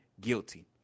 guilty